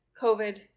COVID